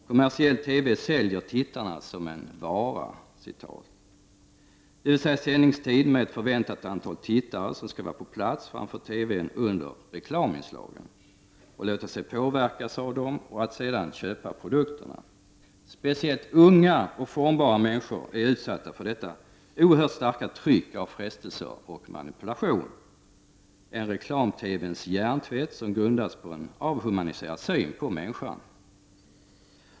Kommersiell TV säljer tittarna som en ”vara”, dvs. sändningstid med ett förväntat antal tittare som skall vara på plats framför TV:n under reklaminslagen och låta sig påverkas av dessa för att sedan köpa produkterna. Speciellt unga och formbara människor är utsatta för detta oerhört starka tryck av frestelser och manipulationer — en reklam-TV:ns hjärntvätt som grundas på en avhumaniserad syn på människan.